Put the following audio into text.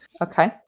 Okay